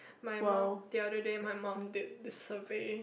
my mum the other day my mum did this survey